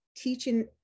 Teaching